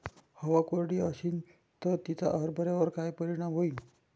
हवा कोरडी अशीन त तिचा हरभऱ्यावर काय परिणाम होईन?